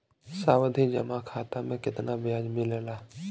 सावधि जमा खाता मे कितना ब्याज मिले ला?